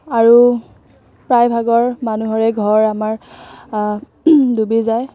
আৰু প্ৰায়ভাগৰ মানুহৰে ঘৰ আমাৰ ডুবি যায়